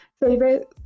Favorite